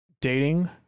dating